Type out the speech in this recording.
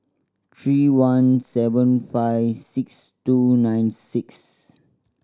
three one seven five six two nine six